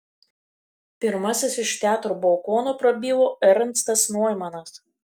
pirmasis iš teatro balkono prabilo ernstas noimanas